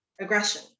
aggression